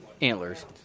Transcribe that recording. antlers